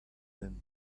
them